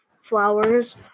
flowers